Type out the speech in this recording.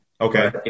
okay